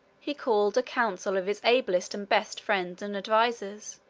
he called a council of his ablest and best friends and advisers,